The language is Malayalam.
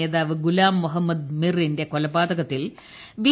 നേതാവ് ഗുലാം മുഹമ്മദ് മിറിന്റെ കൊലപാതകത്തിൽ ബി